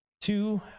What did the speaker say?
two